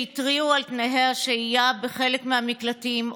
שהתריעו על תנאי השהייה בחלק מהמקלטים,